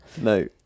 No